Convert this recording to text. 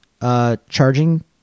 Charging